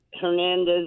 Hernandez